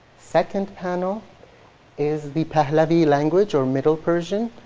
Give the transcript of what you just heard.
second panel is the pahlavi language, or middle persian.